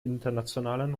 internationalen